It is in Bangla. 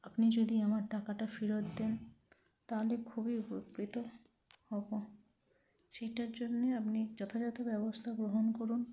আপনি যদি আমার টাকাটা ফেরত দেন তাহলে খুবই উপকৃত হব সেইটার জন্যে আপনি যথাযথ ব্যবস্থা গ্রহণ করুন